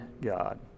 God